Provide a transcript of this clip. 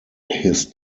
his